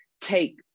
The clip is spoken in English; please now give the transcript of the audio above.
take